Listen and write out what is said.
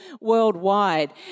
worldwide